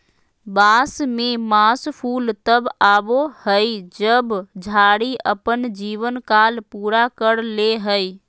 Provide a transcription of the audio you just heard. बांस में मास फूल तब आबो हइ जब झाड़ी अपन जीवन काल पूरा कर ले हइ